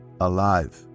alive